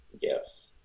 Yes